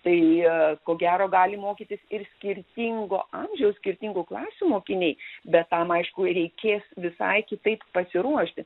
tai ko gero gali mokytis ir skirtingo amžiaus skirtingų klasių mokiniai bet tam aišku reikės visai kitaip pasiruošti